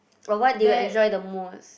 or what do you enjoy the most